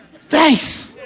thanks